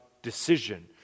decision